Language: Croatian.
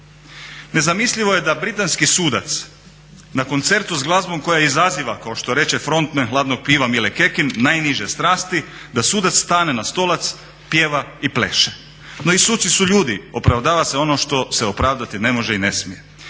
Nezamislivo je da britanski sudac na koncertu s glazbom koja izaziva kao što reče frontmen Hladnog piva Mile Kekin najniže strasti, da sudac stane na stolac, pjeva i pleše. No i suci su ljudi, opravdava se ono što se opravdati ne može i ne smije.